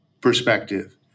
perspective